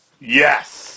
Yes